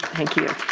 thank you.